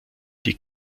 die